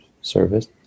service